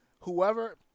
Whoever